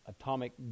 atomic